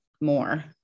more